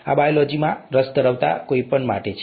આ બાયોલોજીમાં રસ ધરાવતા કોઈપણ માટે છે